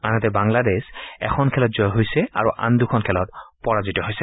আনহাতে বাংলাদেশ এখন খেলত জয়ী হৈছে আৰু আন দুখন খেলত পৰাজিত হৈছে